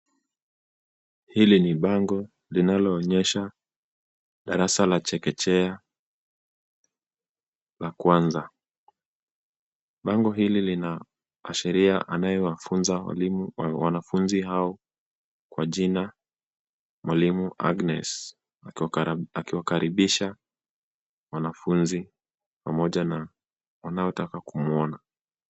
Hili ni bango linaloonyesha darasa la chekechea la kwanza. Bango hili linaashiria anyewafunza wanafunzi hao kwa jina mwalimu Agnes, akiwakaribisha wanafunzi pamoja na wanaotaka kumwona.